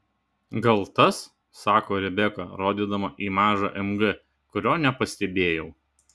gal tas sako rebeka rodydama į mažą mg kurio nepastebėjau